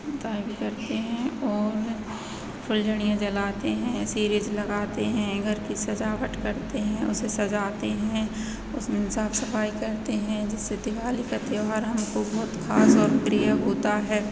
पोताई भी करते हैं और फुलझड़ियाँ जलाते हैं लगाते हैं घर की सजावट करते हैं उसे सजाते हैं उसमें साफ सफाई करते हैं जैसे दिवाली का त्योहार हमको बहुत खास और प्रिय होता है